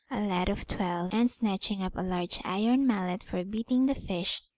a lad of twelve, and snatching up a large iron mallet for beating the fish,